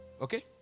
okay